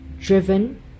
driven